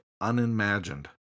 unimagined